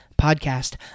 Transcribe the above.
Podcast